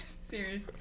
Serious